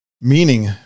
Meaning